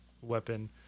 weapon